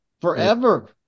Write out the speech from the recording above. Forever